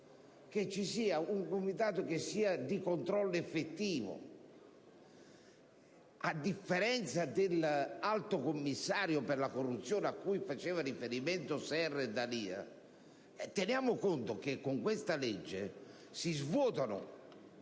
con quelle Autorità, sia di controllo effettivo, a differenza dell'alto commissario per la corruzione cui facevano riferimento i senatori Serra e D'Alia. Teniamo conto che con questa legge si svuotano